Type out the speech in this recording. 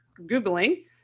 Googling